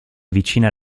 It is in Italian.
avvicina